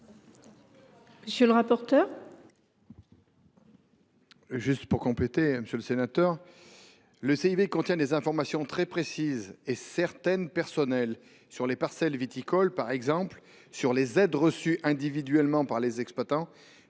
monsieur le rapporteur !